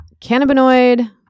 Cannabinoid